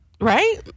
right